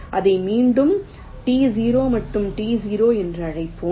அதை மீண்டும் T0 மற்றும் T0 என்று அழைப்போம்